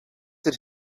did